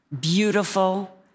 beautiful